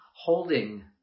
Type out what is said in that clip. holding